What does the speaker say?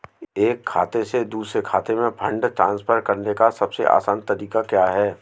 एक खाते से दूसरे खाते में फंड ट्रांसफर करने का सबसे आसान तरीका क्या है?